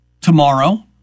tomorrow